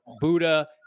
Buddha